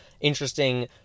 interesting